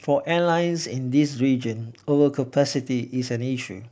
for airlines in this region overcapacity is an issue